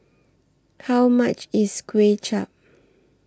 How much IS Kway Chap